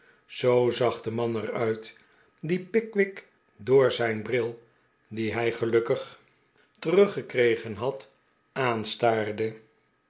zoo zag de man er uit dien pickwick door zijn bril dien hij gelukkig teruggekregen had aanstaarde